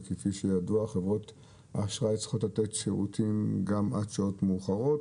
וכפי שידוע חברות האשראי צריכות לתת שירותים גם עד שעות מאוחרות,